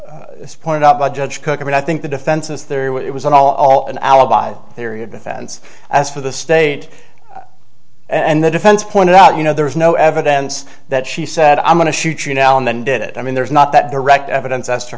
it's pointed out by judge cooke i mean i think the defense is there what it was an all an alibi period defense as for the state and the defense pointed out you know there's no evidence that she said i'm going to shoot you now and then did it i mean there's not that direct evidence as to her